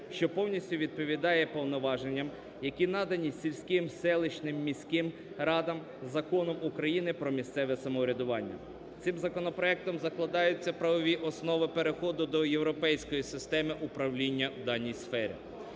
що повністю відповідає повноваженням, які надані сільським, селищним, міським радам Законом України "Про місцеве самоврядування". Цим законопроектом закладаються правові основи переходу до європейської системи управління в даній сфері.